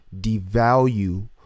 devalue